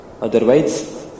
Otherwise